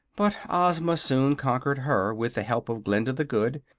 but ozma soon conquered her, with the help of glinda the good,